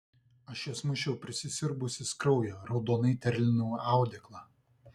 aš juos mušiau prisisiurbusius kraujo raudonai terlinau audeklą